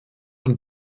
und